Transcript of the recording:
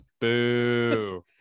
boo